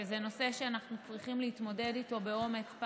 שזה נושא שאנחנו צריכים להתמודד איתו באומץ,